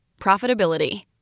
profitability